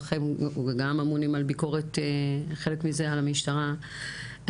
וחלק מזה על המשטרה,